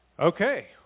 Okay